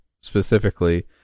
specifically